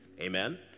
Amen